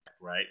right